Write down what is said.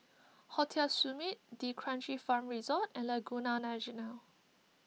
Hotel Summit D'Kranji Farm Resort and Laguna National